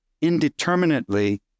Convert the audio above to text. indeterminately